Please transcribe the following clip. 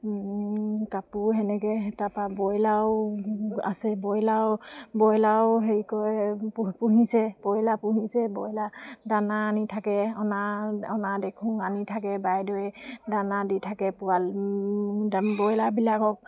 কাপোৰ সেনেকৈ তাৰপৰা ব্ৰইলাৰো আছে ব্ৰইলাৰো ব্ৰইলাৰো হেৰি কৰে পুহিছে ব্ৰইলাৰ পুহিছে ব্ৰইলাৰ দানা আনি থাকে অনা অনা দেখোঁ আনি থাকে বাইদেৱে দানা দি থাকে পোৱালিও দাম ব্ৰইলাৰবিলাকক